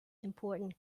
important